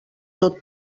tot